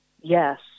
yes